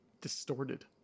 distorted